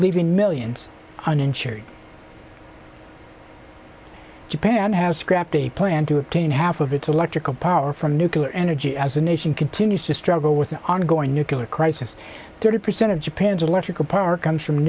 leaving millions uninsured japan has scrapped a plan to obtain half of its electrical power from nuclear energy as a nation continues to struggle with an ongoing nuclear crisis thirty percent of japan's electrical power comes from